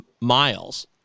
Miles